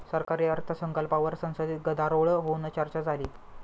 सरकारी अर्थसंकल्पावर संसदेत गदारोळ होऊन चर्चा झाली